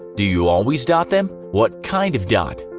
do you always dot them? what kind of dot?